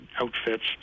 outfits